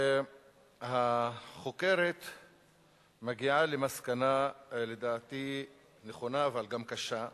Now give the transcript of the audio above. החוקרת מגיעה למסקנה, לדעתי נכונה אבל גם קשה,